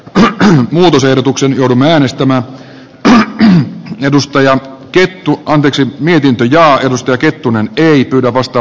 tämäkään muutosehdotuksen äänestämään kaksi edustajaa virtu yksi mietintö ja josta kettunen löi kyllä vasta